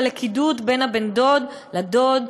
בלכידות בין בן-הדוד לדוד,